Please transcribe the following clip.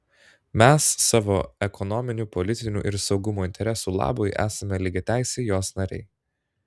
mes savo ekonominių politinių ir saugumo interesų labui esame lygiateisiai jos nariai